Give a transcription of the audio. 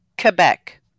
Quebec